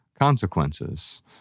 consequences